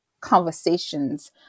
conversations